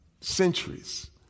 centuries